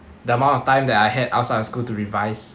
the amount of time that I had outside of school to revise